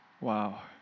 Wow